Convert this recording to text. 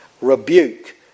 rebuke